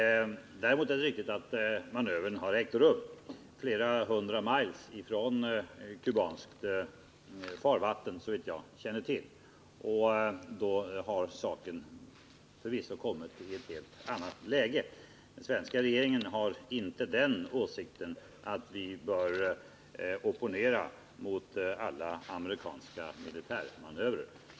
Däremot är det riktigt att manövern har ägt rum flera hundra miles från kubanskt farvatten, såvitt jag känner till. Därmed har saken kommit i ett helt annat läge. Den svenska regeringen har inte den åsikten att vi bör opponera mot alla amerikanska militärmanövrar.